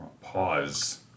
Pause